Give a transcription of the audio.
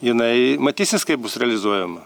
jinai matysis kaip bus realizuojama